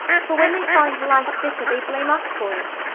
for when they find life bitter they blame us for it,